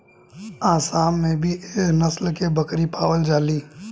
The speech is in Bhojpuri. आसाम में भी एह नस्ल के बकरी पावल जाली